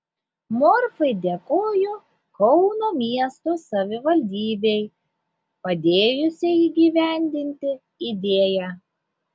morfai dėkojo kauno miesto savivaldybei padėjusiai įgyvendinti idėją